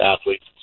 athletes